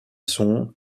sont